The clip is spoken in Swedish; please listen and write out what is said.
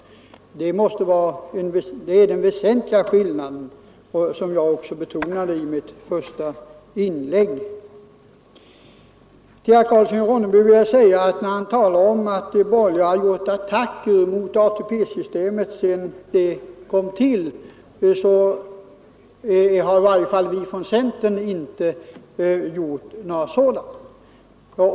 Det är den väsentliga skillnaden, vilket jag också betonade i mitt första inlägg. Herr Karlsson i Ronneby talar om att de borgerliga gjort attacker mot ATP-systemet alltsedan det kom till, men från centern har vi i varje fall inte gjort sådana attacker.